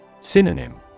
Synonym